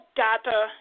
data